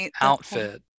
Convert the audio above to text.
outfit